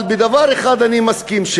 אבל בדבר אחד אני מסכים: